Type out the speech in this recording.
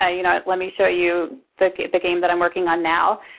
ah you know let me show you the the game that i'm working on now.